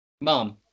Mom